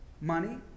money